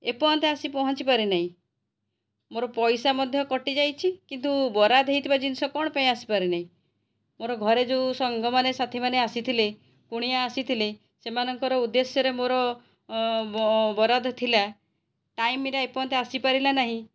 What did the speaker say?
ଏପର୍ଯ୍ୟନ୍ତ ଆସି ପହଞ୍ଚି ପାରିନାହିଁ ମୋର ପଇସା ମଧ୍ୟ କଟିଯାଇଛି କିନ୍ତୁ ବରାଦ ହେଇଥିବା ଜିନିଷ କ'ଣ ପାଇଁ ଆସିପାରିନି ମୋର ଘରେ ଯେଉଁ ସାଙ୍ଗମାନେ ସାଥୀମାନେ ଆସିଥିଲେ କୁଣିଆ ଆସିଥିଲେ ସେମାନଙ୍କର ଉଦ୍ଦେଶ୍ୟରେ ମୋର ବରାଦ ଥିଲା ଟାଇମରେ ଏପର୍ଯ୍ୟନ୍ତ ଆସିପାରିଲା ନାହିଁ